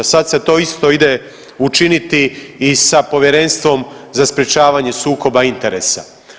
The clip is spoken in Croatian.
Sad se to isto ide učiniti i sa Povjerenstvom za sprječavanje sukoba interesa.